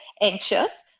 anxious